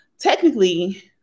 technically